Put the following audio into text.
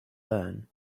learn